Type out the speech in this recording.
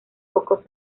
poco